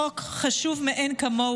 חוק חשוב מעין כמוהו,